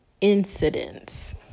incidents